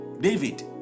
David